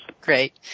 great